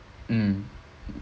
mm